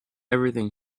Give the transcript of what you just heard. everything